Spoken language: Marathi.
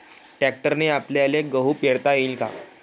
ट्रॅक्टरने आपल्याले गहू पेरता येईन का?